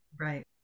Right